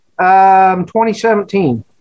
2017